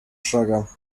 шага